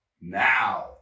now